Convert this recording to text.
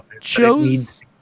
chose